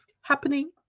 happening